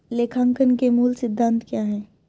लेखांकन के मूल सिद्धांत क्या हैं?